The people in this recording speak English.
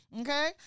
Okay